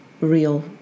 real